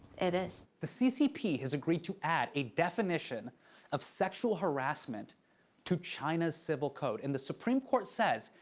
it is. the ccp has agreed to add a definition of sexual harassment to china's civil code and the supreme court says,